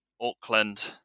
Auckland